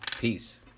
Peace